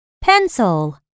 pencil